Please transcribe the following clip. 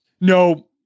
no